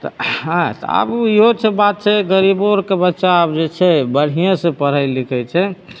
तऽ एँ तऽ आब इहो सब बात छै गरीबो आरके बच्चा आब जे छै बढ़िएँ से पढ़ैत लिखै छै